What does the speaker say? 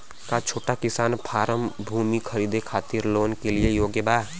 का छोटा किसान फारम भूमि खरीदे खातिर लोन के लिए योग्य बा?